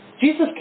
Jesus